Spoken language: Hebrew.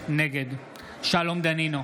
נגד שלום דנינו,